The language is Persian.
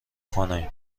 کنیم